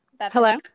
Hello